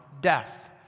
death